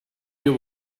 you